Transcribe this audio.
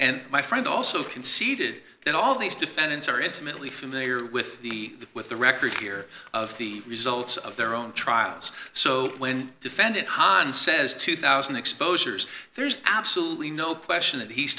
and my friend also conceded that all these defendants are intimately familiar with the with the record here of the results of their own trials so when defendant hans says two thousand exposures there's absolutely no question that he's